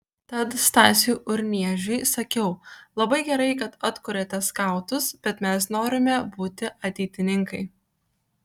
tad stasiui urniežiui sakiau labai gerai kad atkuriate skautus bet mes norime būti ateitininkai